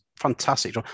fantastic